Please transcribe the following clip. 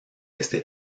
este